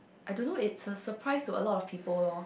I don't know it's a surprise to a lot of people lor